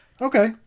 Okay